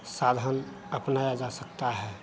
साधन अपनाया जा सकता है